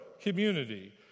community